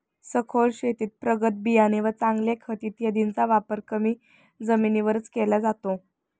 सखोल शेतीत प्रगत बियाणे व चांगले खत इत्यादींचा वापर कमी जमिनीवरच केला जातो